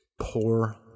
Poor